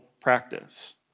practice